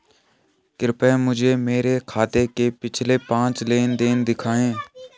कृपया मुझे मेरे खाते के पिछले पांच लेन देन दिखाएं